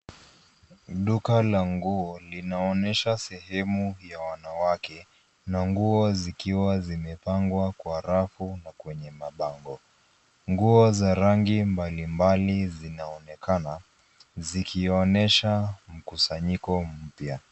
Duka la nguo linaonyesha sehemu ya wanawake na nguo zikiwa zimepangwa kwa rafu na kwenye mabango. Nguo za rangi mbalimbali zinaonekana zikionyesha mkusanyiko mpya.